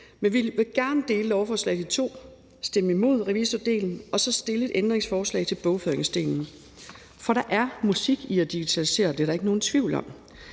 Men vi vil gerne dele lovforslaget i to og stemme imod revisordelen og så stille et ændringsforslag til bogføringsdelen. For der er musik i at digitalisere. Det er der ikke nogen tvivl om.